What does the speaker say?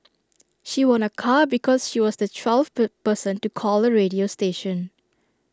she won A car because she was the twelfth per person to call the radio station